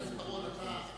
הזמן שלו הולך ומתקצר.